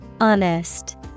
Honest